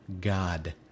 God